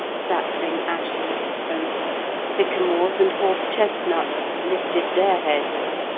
sapling ashes, oaks, sycamores, and horse-chestnuts, lifted their heads.